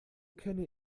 kenne